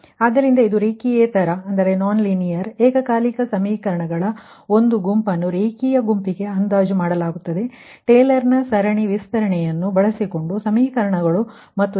ಆದ್ದರಿಂದ ಇದು ನನ್ ಲೀನಿಯರ್ ಸೈಮಲ್ಟೇನೀಅಸ ಸಮೀಕರಣಗಳನ್ನು ಗುಂಪನ್ನು ಟೇಲರ್ನ ಸರಣಿTaylor's series ವಿಸ್ತರಣೆಯನ್ನು ಬಳಸಿಕೊಂಡು ಲೀನಿಯರ್ ಗುಂಪಿಗೆ ಅಂದಾಜು ಮಾಡುತ್ತದೆ